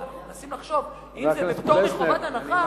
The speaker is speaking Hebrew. אז אנחנו מנסים לחשוב אם זה פטור מחובת הנחה,